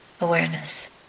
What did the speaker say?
awareness